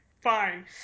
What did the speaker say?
fine